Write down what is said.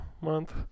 month